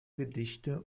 gedichte